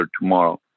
tomorrow